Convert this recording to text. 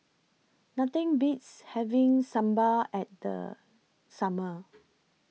Nothing Beats having Sambar At The Summer